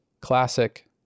classic